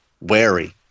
wary